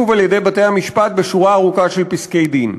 על-ידי בתי המשפט בשורה ארוכה של פסקי-דין.